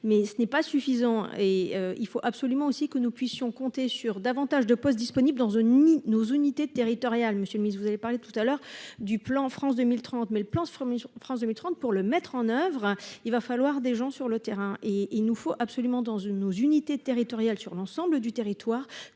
mais ce n'est pas suffisant et il faut absolument aussi que nous puissions compter sur davantage de postes disponible dans The ni nos unités territoriales monsieur le mythe, vous avez parlé tout à l'heure du plan France 2030, mais le plan ce 1er jour France 2030 pour le mettre en oeuvre, il va falloir des gens sur le terrain et il nous faut absolument dans une nos unités territoriales sur l'ensemble du territoire